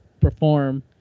perform